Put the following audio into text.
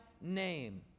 name